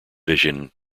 vision